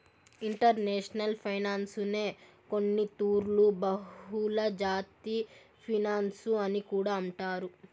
international ఫైనాన్సునే కొన్నితూర్లు బహుళజాతి ఫినన్సు అని కూడా అంటారు